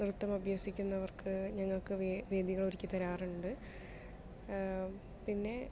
നിർത്തമഭ്യസിക്കുന്നവർക്ക് ഞങ്ങൾക്ക് വേദി വേദികൾ ഒരുക്കി തരാറുണ്ട് പിന്നെ